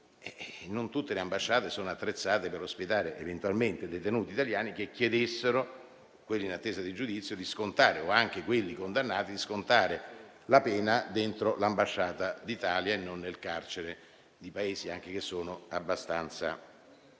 non tutte le ambasciate sono attrezzate per ospitare, eventualmente, detenuti italiani che chiedessero, quelli in attesa di giudizio o anche quelli condannati, di scontare la pena dentro l'ambasciata d'Italia e non nel carcere di altri Paesi. La situazione